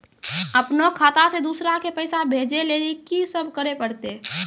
अपनो खाता से दूसरा के पैसा भेजै लेली की सब करे परतै?